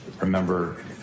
remember